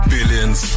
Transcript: Billions